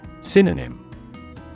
Synonym